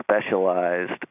specialized